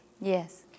Yes